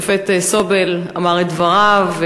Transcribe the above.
השופט סובל אמר את דבריו,